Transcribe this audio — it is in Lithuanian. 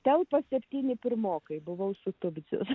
telpa septyni pirmokai buvau sotusis